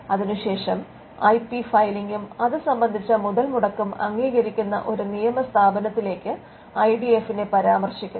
അതിനുശേഷം I P ഫയലിംഗും അത് സംബന്ധിച്ച മുതൽമുടക്കും അംഗീകരിക്കുന്ന ഒരു നിയമസ്ഥാപനത്തിലേക്ക് ഐ ഡി എഫിനെ പരാമർശിക്കുന്നു